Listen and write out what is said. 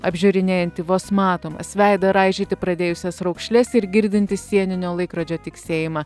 apžiūrinėjanti vos matomas veidą raižyti pradėjusias raukšles ir girdinti sieninio laikrodžio tiksėjimą